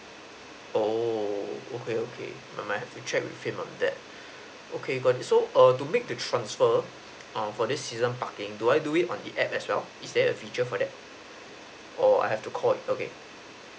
oo okay okay I might have to check with him on that okay got it so err to make the transfer err for this season parking do I do it on the app as well is there a feature for that or I have to call okay